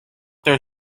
their